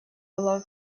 было